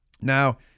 Now